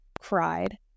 cried